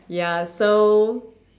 ya so